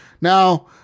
Now